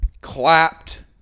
clapped